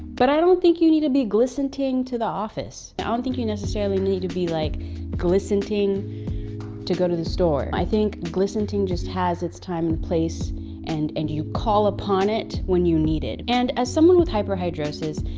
but i don't think you need to be glistenting to the office, and i don't think you necessarily need to be like glistenting to go to the store. i think glistenting just has its time and place and and you call upon it when you need it. and as someone with hyperhidrosis,